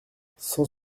cent